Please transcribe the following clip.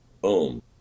boom